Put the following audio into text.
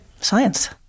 science